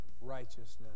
Righteousness